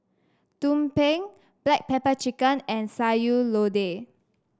Tumpeng Black Pepper Chicken and Sayur Lodeh